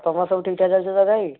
ତୁମର ସବୁ ଠିକ୍ଠାକ୍ ଚାଲିଛି ତ ଭାଇ